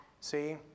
See